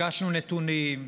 ביקשנו נתונים,